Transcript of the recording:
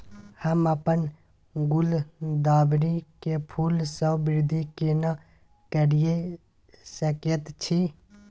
हम अपन गुलदाबरी के फूल सो वृद्धि केना करिये सकेत छी?